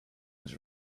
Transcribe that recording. was